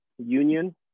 union